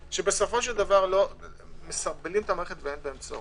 שבסופו של דבר מסרבלים את המערכת ואין בהם צורך.